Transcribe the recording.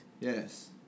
Yes